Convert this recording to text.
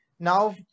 Now